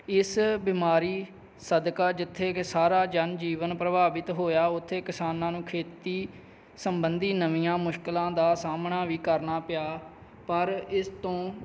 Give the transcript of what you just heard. ਇਸ ਬਿਮਾਰੀ ਸਦਕਾ ਜਿੱਥੇ ਕਿ ਸਾਰਾ ਜਨਜੀਵਨ ਪ੍ਰਭਾਵਿਤ ਹੋਇਆ ਉੱਥੇ ਕਿਸਾਨਾਂ ਨੂੰ ਖੇਤੀ ਸਬੰਧੀ ਨਵੀਆਂ ਮੁਸ਼ਕਿਲਾਂ ਦਾ ਸਾਹਮਣਾ ਵੀ ਕਰਨਾ ਪਿਆ ਪਰ ਇਸ ਤੋਂ